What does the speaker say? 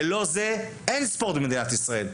ללא זה אין ספורט במדינת ישראל.